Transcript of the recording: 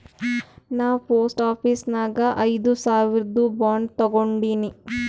ನಾ post office ನಾಗ್ ಐಯ್ದ ಸಾವಿರ್ದು ಬಾಂಡ್ ತಗೊಂಡಿನಿ